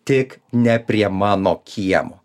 tik ne prie mano kiemo